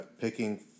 Picking